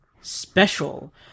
special